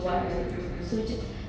mm mm mm mm